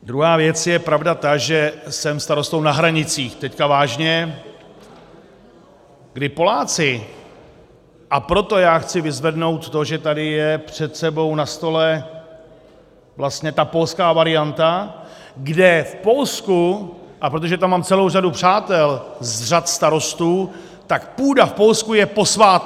Druhá věc je, pravda, ta, že jsem starostou na hranicích teď vážně kdy Poláci, a proto já chci vyzvednout to, že tady před námi na stole je vlastně ta polská varianta, kde v Polsku a protože tam mám celou řadu přátel z řad starostů tak půda v Polsku je posvátná.